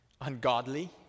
ungodly